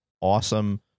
awesome